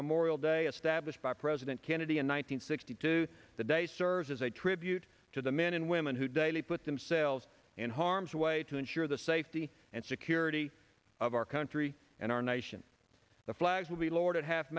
memorial day established by president kennedy in one thousand nine hundred two the day serves as a tribute to the men and women who daily put themselves in harm's way to ensure the safety and security of our country and our nation the flags will be lowered at half